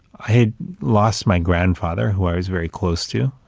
i had lost my grandfather who i was very close to,